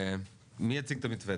מי יציג את המתווה?